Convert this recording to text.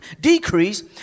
decrease